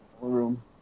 room